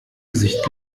gesicht